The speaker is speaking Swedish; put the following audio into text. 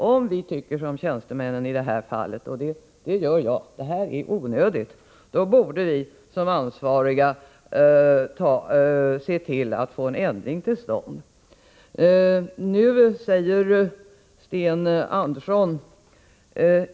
Om vi tycker som tjänstemännen i det här fallet — och det gör jag — att detta är en onödig bestämmelse, borde vi som ansvariga se till att få en ändring till stånd.